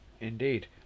indeed